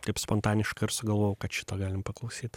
taip spontaniška ir sugalvojau kad šito galim paklausyt